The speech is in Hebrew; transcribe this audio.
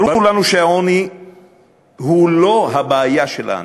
ברור לנו שהעוני הוא לא בעיה של העניים,